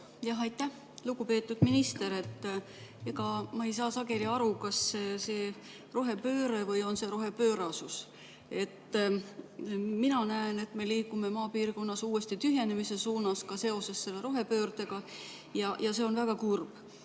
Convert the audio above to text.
Aitäh! Lugupeetud minister! Ma ei saagi sageli aru, kas see on rohepööre või on see rohepöörasus. Mina näen, et me liigume maapiirkonnas uuesti tühjenemise suunas, ka seoses selle rohepöördega, ja see on väga kurb.